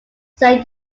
say